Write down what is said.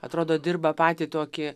atrodo dirba patį tokį